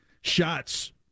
shots